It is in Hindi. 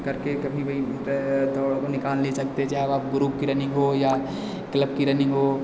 करके कभी भी दौड़ निकाल नहीं सकते चाहे वह आप ग्रुप की रनिंग हो या क्लब की रनिंग हो